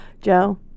Joe